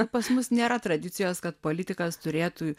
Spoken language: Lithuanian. pas mus nėra tradicijos kad politikas turėtų